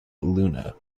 luna